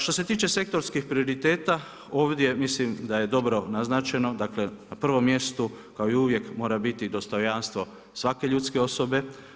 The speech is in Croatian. Što se tiče sektorskih prioriteta, ovdje mislim da je dobro naznačeno, dakle, na prvom mjestu kao uvijek mora biti dostojanstvo, svake ljudske osobe.